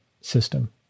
system